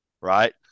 right